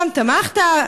פעם תמכת,